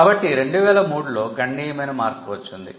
కాబట్టి 2003 లో గణనీయమైన మార్పు వచ్చింది